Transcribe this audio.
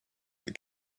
that